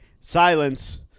silence